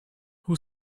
who